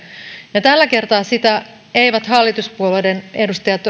tällä kertaa sitä eivät hallituspuolueiden edustajat